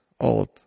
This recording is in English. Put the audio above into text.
old